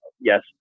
Yes